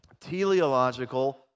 teleological